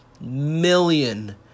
million